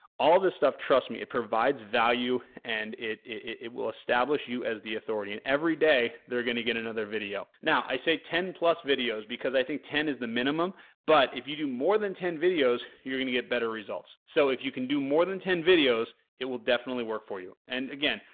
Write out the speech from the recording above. all this stuff trust me provides value and it it will establish you as the authority and every day they're going to get another video. now, i say ten plus videos because i think ten is the minimum but if you do more than ten videos you're going to get better results. so, if you can do more than ten videos it will definitely work for you and again,